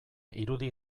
irudi